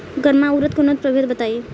गर्मा उरद के उन्नत प्रभेद बताई?